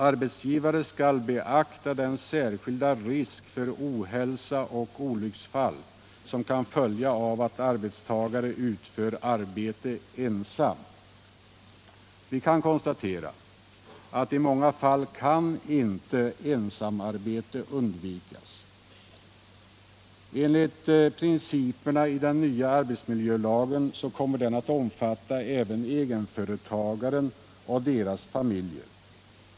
”Arbetsgivaren skall beakta den särskilda risk för ohälsa och olycksfall som kan följa av att arbetstagare utför arbete ensam.” I många fall kan ensamarbete inte undvikas. I princip kommer den nya lagen att omfatta även egenföretagare och deras familjer.